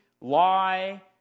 lie